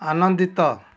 ଆନନ୍ଦିତ